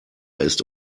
ist